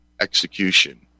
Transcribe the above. execution